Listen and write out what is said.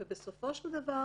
ובסופו של דבר